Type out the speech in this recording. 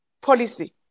policy